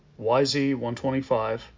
YZ125